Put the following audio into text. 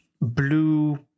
blue